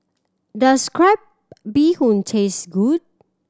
does crab bee hoon taste good